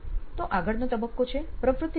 તો આગળનો તબક્કો છે પ્રવૃત્તિ દરમિયાન